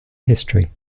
history